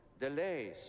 delays